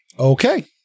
Okay